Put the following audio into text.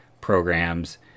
programs